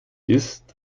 ist